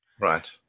Right